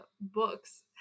books